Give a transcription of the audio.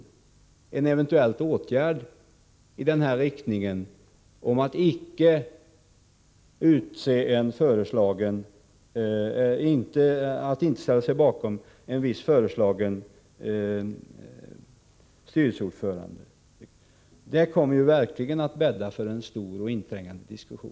Det skulle sannerligen bädda för en stor och inträngande debatt om regeringen inte skulle ställa sig bakom ett visst förslag vid utseendet av styrelseordförande.